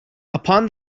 upon